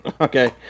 Okay